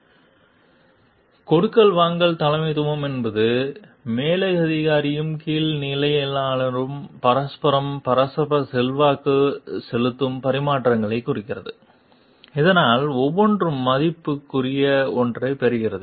slide நேரம் பார்க்கவும் 0319 கொடுக்கல் வாங்கல் தலைமைத்துவம் என்பது மேலதிகாரியும் கீழ்நிலையாளரும் பரஸ்பரம் பரஸ்பரம் செல்வாக்குச் செலுத்தும் பரிமாற்றங்களைக் குறிக்கிறது இதனால் ஒவ்வொன்றும் மதிப்புக்குரிய ஒன்றைப் பெறுகிறது